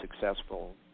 successful